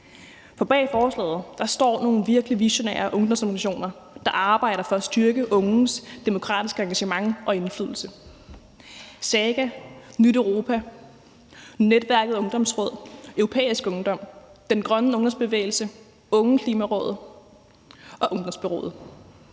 For bag forslaget står nogle virkelig visionære ungdomsorganisationer, der arbejder for at styrke unges demokratiske engagement og indflydelse. Det er SAGA, Nyt Europa, Netværket af Ungdomsråd, Europæisk Ungdom, Den Grønne Ungdomsbevægelse, Ungeklimarådet og Ungdomsbureauet.